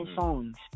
songs